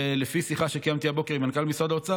ולפי שיחה שקיימתי הבוקר עם מנכ"ל משרד האוצר,